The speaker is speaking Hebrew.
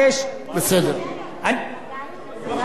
טוב,